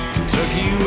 Kentucky